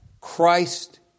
Christ